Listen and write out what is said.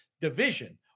Division